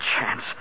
chance